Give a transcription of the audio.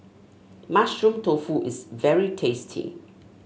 Mushroom Tofu is very tasty